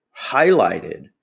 highlighted